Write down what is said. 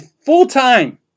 full-time